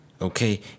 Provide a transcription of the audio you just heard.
Okay